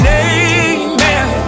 amen